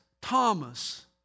Thomas